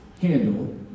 handle